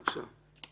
בבקשה.